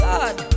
God